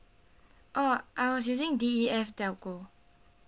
oh I was using D E F telco